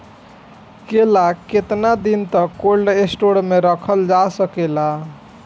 केला केतना दिन तक कोल्ड स्टोरेज में रखल जा सकेला?